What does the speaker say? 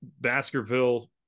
Baskerville